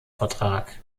vertrag